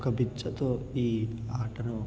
ఒక బెచ్చతో ఈ ఆటను